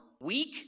weak